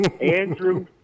Andrew